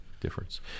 difference